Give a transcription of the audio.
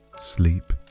sleep